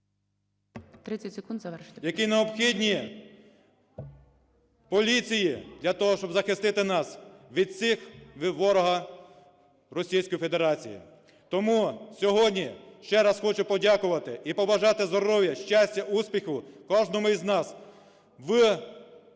…які необхідні поліції для того, щоб захистити нас від ворога - Російської Федерації. Тому сьогодні ще раз хочу подякувати і побажати здоров'я, щастя, успіхів кожному з нас в захисті